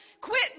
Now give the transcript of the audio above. quit